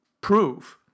prove